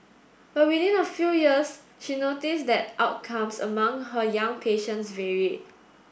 but within a few years she noticed that outcomes among her young patients varied